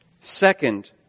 second